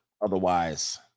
Otherwise